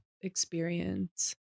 experience